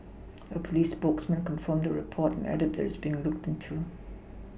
A police spokesman confirmed the report and added that it's being looked into